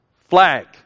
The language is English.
Flag